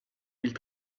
mille